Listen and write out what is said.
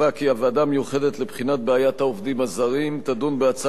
המיוחדת לבחינת בעיית העובדים הזרים תדון בהצעות לסדר-היום